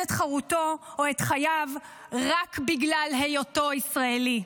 את חירותו או את חייו רק בגלל היותו ישראלי.